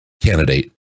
candidate